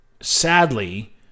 sadly